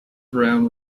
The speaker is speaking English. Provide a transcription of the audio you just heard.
browne